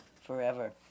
forever